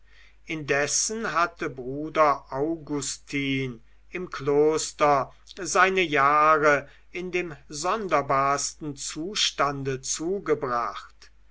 indessen hatte bruder augustin im kloster seine jahre in dem sonderbarsten zustande zugebracht